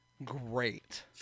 great